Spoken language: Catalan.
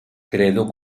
creador